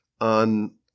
on